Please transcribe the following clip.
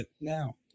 Now